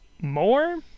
more